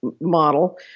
model